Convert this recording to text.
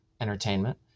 entertainment